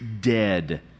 dead